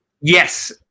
Yes